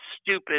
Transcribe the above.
stupid